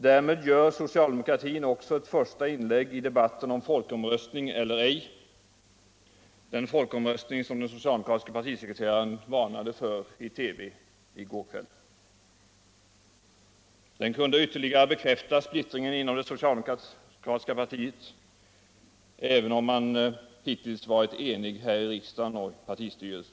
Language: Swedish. Därmed gör socialdemokratin också ett första inlägg i debatten om folkomröstning eller cj, den folkomröstning som den socialdemokratiske partisekreteraren varnade för i TV i gar kvill. Den Allmänpolitisk debatt Allmänpolitisk debatt kunde ytterligare bekräfta splittringen inom det socialdemokrutiska partiet, även om man hittills varit enig här i riksdagen och i partistyrelsen.